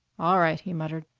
all right, he muttered,